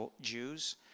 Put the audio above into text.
Jews